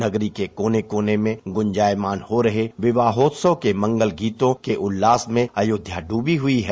नगरी के कोने कोने में गुंजायमान हो रहे विवाहोत्सव के मंगलगीतों के उल्लास में अयोध्या डूबी हुई है